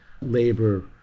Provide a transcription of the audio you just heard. labor